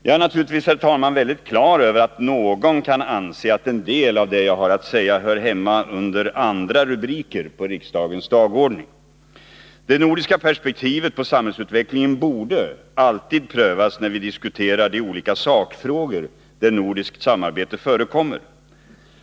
Jag är naturligtvis, herr talman, helt på det klara med att någon kan anse att en del av det jag har att säga hör hemma under andra rubriker på riksdagens dagordning. Det nordiska perspektivet på samhällsutvecklingen borde alltid prövas när vi diskuterar de olika sakfrågor där nordiskt samarbete förekommer.